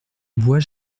bois